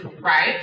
right